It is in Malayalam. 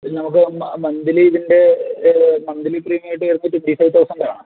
പിന്നെ നമുക്ക് മന്ത്ലി ഇതിൻ്റെ മന്ത്ലി പ്രീമിയമായിട്ട് വരുന്നത് ട്വൻ്റി ഫൈവ് തൗസൻ്റാണ്